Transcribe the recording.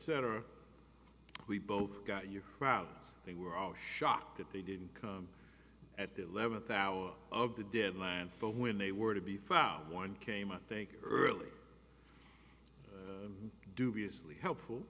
cetera we both got your crowd they were all shocked that they didn't come at the eleventh hour of the deadline but when they were to be found one came i think early dubiously helpful